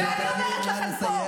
ואני אומרת לכם פה,